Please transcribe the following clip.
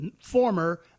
former